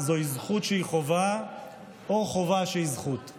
זוהי חובה שיש לראות אותה כזכות.